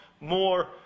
more